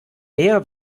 mehr